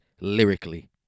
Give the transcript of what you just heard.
lyrically